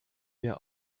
mir